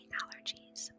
allergies